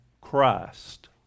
Christ